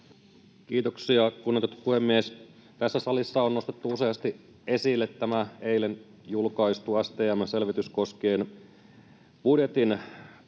Kiitoksia, kunnioitettu puhemies! Tässä salissa on nostettu useasti esille tämä eilen julkaistu STM:n selvitys koskien budjetin